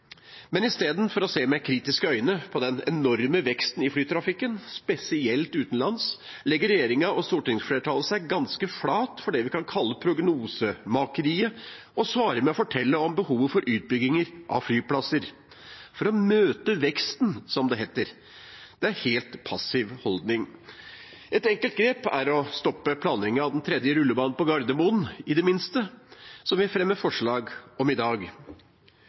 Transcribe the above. Men istedenfor å se med kritiske øyne på den enorme veksten i flytrafikken, spesielt utenlands, legger regjeringa og stortingsflertallet seg ganske flate for det vi kan kalle prognosemakeriet, og svarer med å fortelle om behovet for utbygginger av flyplasser – for å møte veksten, som det heter. Det er en helt passiv holdning. Et enkelt grep er i det minste å stoppe planleggingen av den tredje rullebanen på Gardermoen, som vi fremmer forslag om i dag,